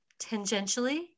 tangentially